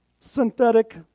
synthetic